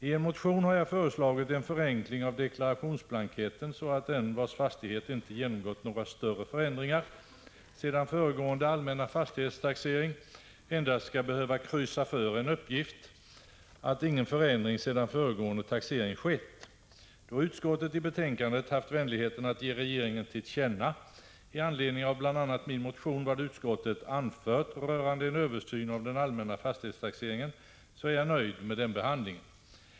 I en motion har jag föreslagit en förenkling av deklarationsblanketten, så att den vars fastighet inte genomgått några större förändringar sedan föregående allmänna fastighetstaxering endast skall behöva kryssa för en uppgift att ingen förändring sedan föregående taxering skett. Då utskottet i betänkandet haft vänligheten att ge regeringen till känna i anledning av bl.a. min motion vad utskottet anfört rörande en översyn av den allmänna fastighetstaxeringen, är jag nöjd med behandlingen.